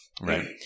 Right